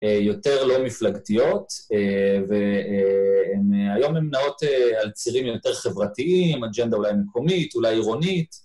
יותר לא מפלגתיות, והם היום הם נעות על צירים יותר חברתיים, אג'נדה אולי מקומית, אולי עירונית.